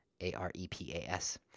A-R-E-P-A-S